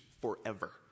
forever